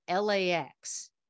LAX